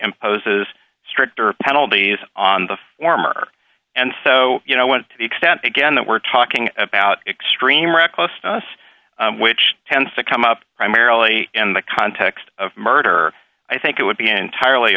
imposes stricter penalties on the former and so you know went to the extent again that we're talking about extreme recklessness which tends to come up primarily in the context of murder i think it would be entirely